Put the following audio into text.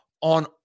on